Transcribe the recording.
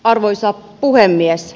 arvoisa puhemies